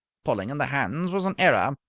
pulling in the hands was an error,